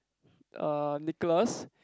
er Nicholas